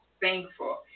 thankful